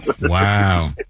Wow